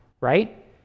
right